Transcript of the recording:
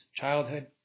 Childhood